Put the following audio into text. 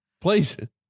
Please